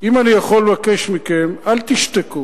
אם אני יכול לבקש מכם: אל תשתקו.